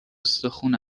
استخون